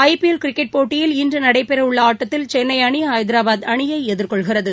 ஐ P L cricket போட்டியில் இன்று நடைபெறவுள்ள ஆட்டத்தில் சென்னை அணி ஐதராபாத் அணியை எதிர்கொள்கிறது